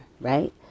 right